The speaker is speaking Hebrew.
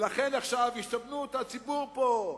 ולכן עכשיו יסבנו את הציבור פה,